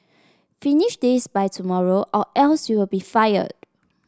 finish this by tomorrow or else you'll be fired